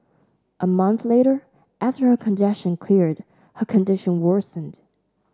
a month later after her congestion cleared her condition worsened